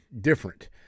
different